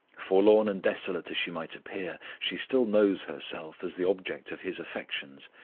forlorn and desolate as she might appear she still knows herself as the object of his affections,